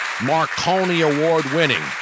Marconi-award-winning